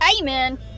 Amen